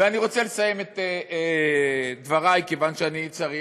ואני רוצה לסיים את דברי, כיוון שאני צריך.